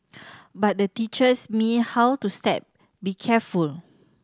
but the teaches me how to step be careful